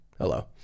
Hello